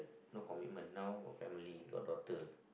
no commitment now got family got daughter